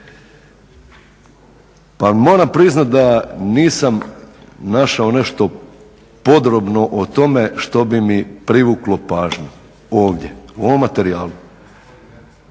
Pa moram priznat da nisam našao nešto podrobno o tome što bi mi privuklo pažnju ovdje, u ovom materijalu.